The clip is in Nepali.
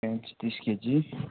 प्याज तिस केजी